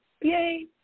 Yay